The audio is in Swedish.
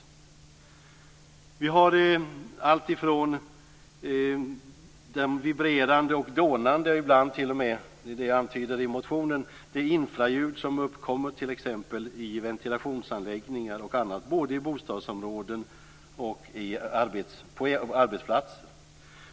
Buller förekommer i allt från det vibrerande och dånande och ibland t.o.m., vilket jag antyder i motionen, i det infraljud som uppkommer i t.ex. ventilationsanläggningar m.m. både i bostadsområden och på arbetsplatser.